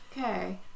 Okay